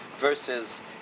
versus